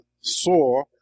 saw